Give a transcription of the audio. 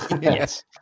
yes